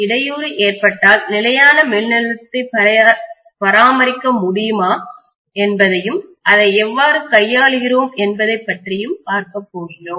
இடையூறு ஏற்பட்டால் நிலையான மின்னழுத்தத்தை பராமரிக்க முடியுமா என்பதையும் அதை எவ்வாறு கையாளுகிறோம் என்பதை பற்றியும் பார்க்கப்போகிறோம்